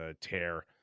tear